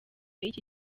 y’iki